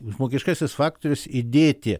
žmogiškasis faktorius įdėti